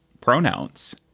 pronouns